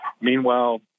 meanwhile